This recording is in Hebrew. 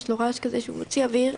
יש לו רעש שהוא מוציא אויר,